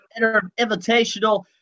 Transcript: Invitational